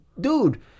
dude